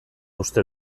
uste